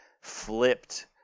flipped